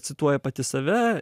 cituoja pati save